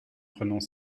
prenons